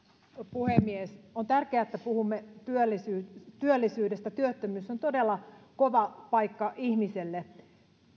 puhemies on tärkeää että puhumme työllisyydestä työllisyydestä työttömyys on todella kova paikka ihmiselle